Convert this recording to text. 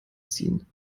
ziehen